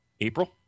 April